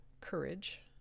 courage